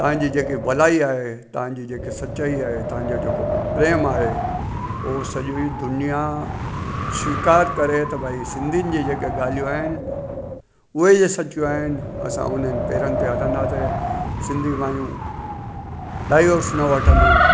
तव्हांजी जेकी भलाई आहे तव्हांजी जेकी सचाई आहे तव्हांजा जेको प्रेमु आहे उहो सॼी दुनिया स्वीकार करे त भई सिंधियुनि जी जेका ॻाल्हियूं आहिनि उहे ई सच आहिनि असां उन्हनि पैरनि ते हलंदासीं सिंधी माइयूं डाइवोर्स न वठंदियूं आहिनि